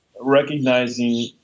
recognizing